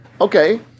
Okay